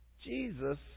Jesus